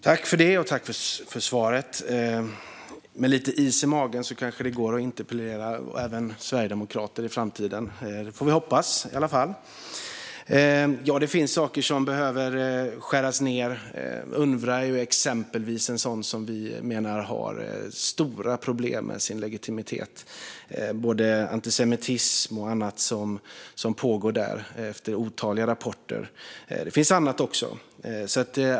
Herr talman! Tack, ledamoten, för svaret! Vi får ha lite is i magen - det kanske går att interpellera även sverigedemokrater i framtiden. Det får vi i alla fall hoppas. Det finns saker som det behöver skäras ned på. UNRWA är exempelvis en organisation som, menar vi, har stora problem med sin legitimitet. Både antisemitism och annat pågår där, enligt otaliga rapporter. Det finns annat också.